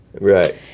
Right